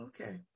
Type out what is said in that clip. Okay